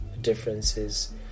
differences